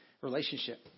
relationship